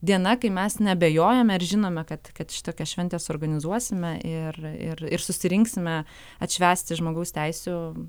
diena kai mes neabejojame ir žinome kad kad šitokią šventę suorganizuosime ir ir ir susirinksime atšvęsti žmogaus teisių